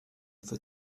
for